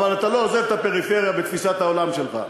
אבל אתה לא עוזב את הפריפריה בתפיסת העולם שלך.